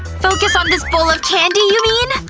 focus on this bowl of candy, you mean?